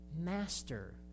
master